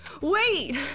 Wait